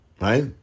right